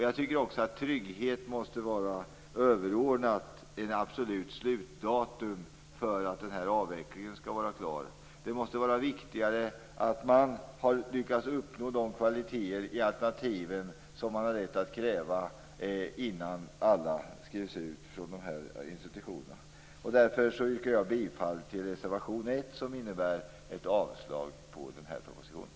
Jag tycker också att tryggheten måste vara överordnad ett absolut slutdatum för att avvecklingen skall vara klar. Det måste vara viktigare att man har lyckats uppnå de kvaliteter i alternativen som man har rätt att kräva innan alla skrivs ut från institutionerna. Därför yrkar jag bifall till reservation 1 som innebär ett avslag på propositionen.